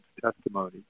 testimony